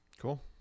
Cool